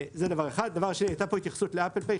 דבר נוסף הייתה פה התייחסות ל"אפל פיי".